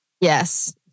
Yes